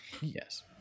Yes